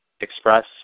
Express